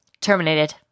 terminated